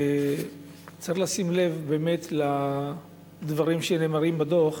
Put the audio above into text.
צריך לשים לב באמת לדברים שנאמרים בדוח,